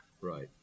Right